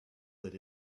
that